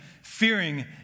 fearing